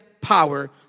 power